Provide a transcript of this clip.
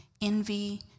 envy